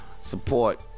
support